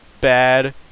bad